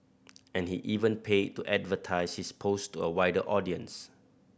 and he even paid to advertise his post to a wider audience